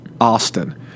Austin